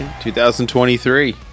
2023